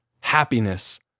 happiness